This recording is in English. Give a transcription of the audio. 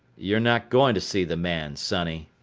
you're not goin' to see the man, sonny,